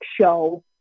show